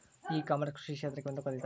E commerce ಕೃಷಿ ಕ್ಷೇತ್ರಕ್ಕೆ ಹೊಂದಿಕೊಳ್ತೈತಾ?